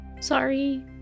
Sorry